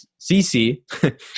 cc